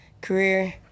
Career